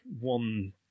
one